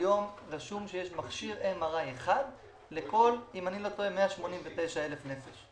היום רשום שיש מכשיר MRI אחד לכל 189,000 נפש,